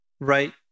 Right